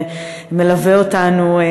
שמלווה אותנו.